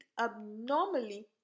abnormally